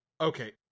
okay